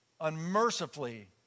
unmercifully